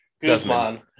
Guzman